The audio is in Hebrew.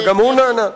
וגם הוא נענה.